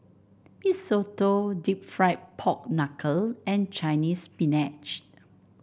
Mee Soto deep fried Pork Knuckle and Chinese Spinach